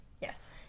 Yes